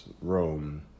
Rome